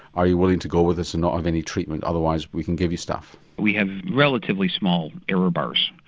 are you willing to go with this and not have any treatment, otherwise we can give you stuff. we have relatively small error bars,